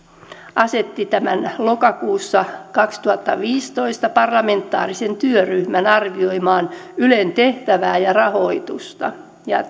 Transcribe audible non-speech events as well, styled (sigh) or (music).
asetti lokakuussa kaksituhattaviisitoista parlamentaarisen työryhmän arvioimaan ylen tehtävää ja rahoitusta ja (unintelligible)